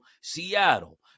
Seattle